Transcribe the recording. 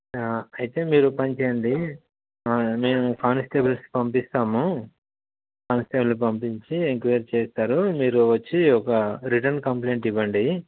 అయితే మీరు ఓ పని చేయండి మేము కానిస్టేబుల్స్ పంపిస్తాము కానిస్టేబుల్ని పంపించి ఎంక్వయిరీ చేస్తారు మీరు వచ్చి ఒక రిటన్ కంప్లెయింట్ ఇవ్వండి